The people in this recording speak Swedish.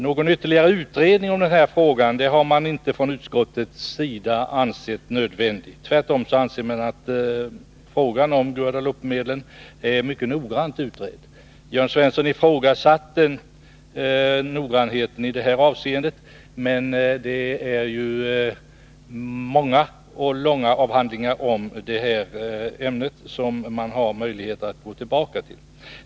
Någon ytterligare utredning av denna fråga har man inte från utskottets sida ansett vara nödvändig. Tvärtom anser man att frågan om Guadeloupemedlen är mycket noggrant utredd. Jörn Svensson ifrågasatte noggrannheten i detta avseende. Men det har ju gjorts många och långa avhandlingar i det här ämnet som man har möjlighet att gå tillbaka till.